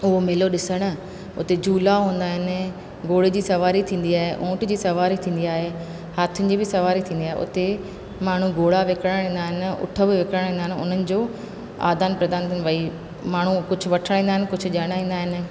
उहो मेलो ॾिसणु उते झूला हूंदा आहिनि घुड़ जी सवारी थींदी आहे ऊंठ जी सवारी थींदी आहे हाथियुनि जी बि सवारी थींदी आहे उते माण्हू घोड़ा विकिरण ईंदा आहिनि उन्हनि जो आदान प्रदान भई माण्हू कुझु वठणु ईंदा कुझु ॼण ईंदा आहिनि